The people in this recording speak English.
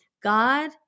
god